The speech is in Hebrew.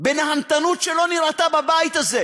בנהנתנות שלא נראתה בבית הזה,